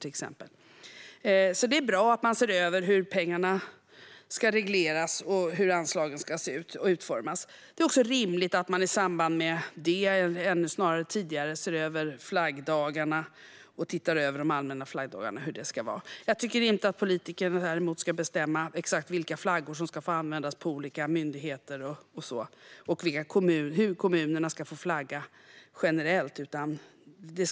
Det är alltså bra att man ser över hur pengarna ska regleras och hur anslagen ska utformas. Det är också rimligt att man i samband med det eller tidigare ser över de allmänna flaggdagarna. Jag tycker däremot inte att politikerna ska bestämma exakt vilka flaggor som ska få användas på olika myndigheter och hur kommunerna generellt ska få flagga.